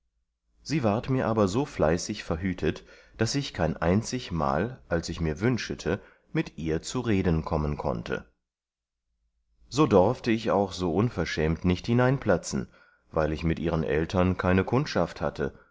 sie ward mir aber so fleißig verhütet daß ich kein einzig mal als ich mir wünschete mit ihr zu reden kommen konnte so dorfte ich auch so unverschämt nicht hineinplatzen weil ich mit ihren eltern keine kundschaft hatte